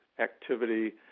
activity